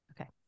Okay